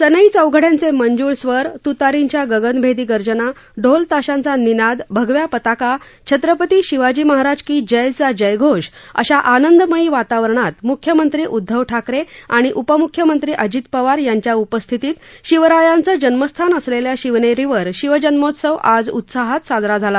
सनई चौघड़यांचे मंजूळ स्वर तूतारींच्या गगनभेपी गर्जना ढोल ताशांचा निना भगव्या पताका छत्रपती शिवाजी महाराज की जयचा जयघोष अशा आनं मयी वातावरणात म्ख्यमंत्री उद्धव ठाकरे आणि उपमूख्यमंत्री अजित पवार यांच्या उपस्थितीत शिवरायांचं जन्मस्थान असलेल्या शिवनेरीवर शिवजन्मोत्सव आज उत्साहात साजरा झाला